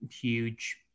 huge